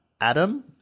Adam